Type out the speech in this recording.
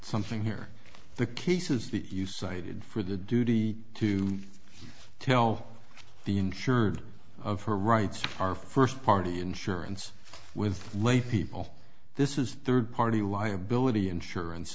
something here the cases that you cited for the duty to tell the insured of her rights are first party insurance with laypeople this is third party liability insurance